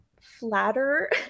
flatter